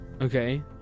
Okay